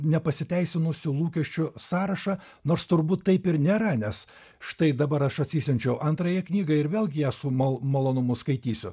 nepasiteisinusių lūkesčių sąrašą nors turbūt taip ir nėra nes štai dabar aš atsisiunčiau antrąją knygą ir vėlgi ją su malonumu skaitysiu